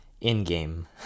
in-game